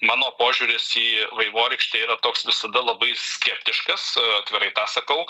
mano požiūris į vaivorykštę yra toks visada labai skeptiškas atvirai tą sakau